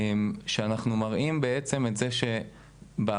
שאנחנו מראים בעצם את זה בעבר,